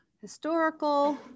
Historical